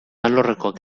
alorrekoak